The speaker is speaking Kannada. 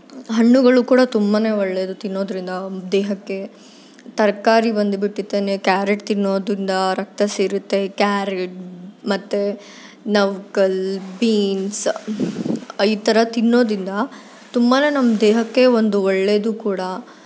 ಹಣ್ಣುಗಳು ಕೂಡ ತುಂಬ ಒಳ್ಳೇದು ತಿನ್ನೋದರಿಂದ ದೇಹಕ್ಕೆ ತರಕಾರಿ ಬಂದುಬಿಟ್ಟಿತ್ತೆನೆ ಕ್ಯಾರೆಟ್ ತಿನ್ನೋದ್ರಿಂದ ರಕ್ತ ಸೇರುತ್ತೆ ಕ್ಯಾರೆಟ್ ಮತ್ತು ನೌಕಲ್ ಬೀನ್ಸ್ ಈ ಥರ ತಿನ್ನೋದರಿಂದ ತುಂಬಾ ನಮ್ಮ ದೇಹಕ್ಕೆ ಒಂದು ಒಳ್ಳೆಯದು ಕೂಡ